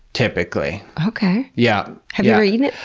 typically. okay. yeah have you ever eaten it?